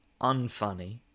unfunny